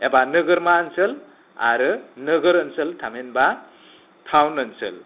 एबा नोगोरमा ओनसोल आरो नोगोर ओनसोल थामहिनबा टाउन ओनसोल